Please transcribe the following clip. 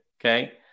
Okay